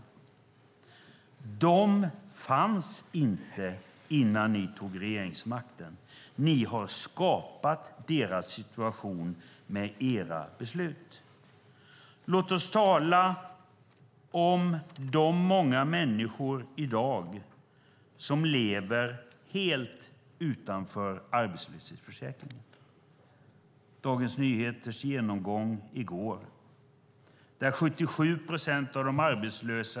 Människor i denna situation fanns inte innan ni tog regeringsmakten. Låt oss tala om de många människor som i dag lever helt utanför arbetslöshetsförsäkringen.